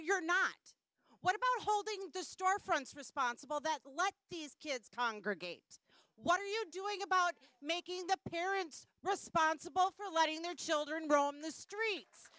you're not what about holding the storefronts responsible that let these kids congregate what are you doing about making the parents responsible for letting their children roam the streets